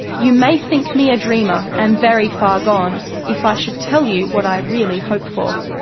you may think me a dreamer and very far gone if i should tell you what i really hope for.